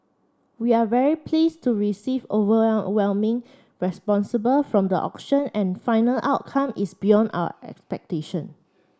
we are very pleased to receive overwhelming responsible from the auction and final outcome is beyond our expectation